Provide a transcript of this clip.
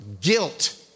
guilt